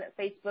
Facebook